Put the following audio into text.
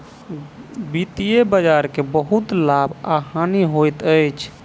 वित्तीय बजार के बहुत लाभ आ हानि होइत अछि